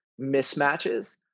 mismatches